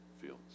fields